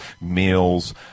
meals